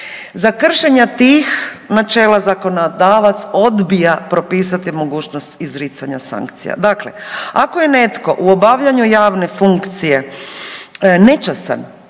Za kršenje tih načela zakonodavac odbija propisati mogućnost izricanja sankcija. Dakle, ako je netko u obavljanju javne funkcije nečasan,